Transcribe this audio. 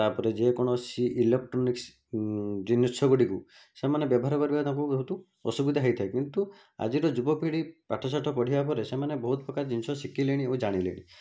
ତା'ପରେ ଯେକୌଣସି ଇଲୋକଟ୍ରୋନିକ୍ସ ଜିନିଷ ଗୁଡ଼ିକୁ ସେମାନେ ବ୍ୟବହାର କରିବା ତାଙ୍କୁ ବହୁତ ଅସୁବିଧା ହେଇଥାଏ କିନ୍ତୁ ଆଜିର ଯୁବପିଢ଼ି ପାଠ ଶାଠ ପଢ଼ିବା ପରେ ସେମାନେ ବହୁତ ପ୍ରକାର ଜିନିଷ ଶିଖିଲେଣି ଓ ଜାଣିଲେଣି